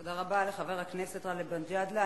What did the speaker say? תודה רבה לחבר הכנסת גאלב מג'אדלה.